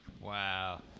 wow